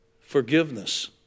forgiveness